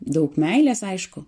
daug meilės aišku